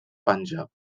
panjab